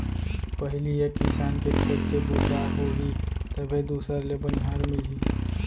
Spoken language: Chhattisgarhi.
पहिली एक किसान के खेत के बूता ह होही तभे दूसर ल बनिहार मिलही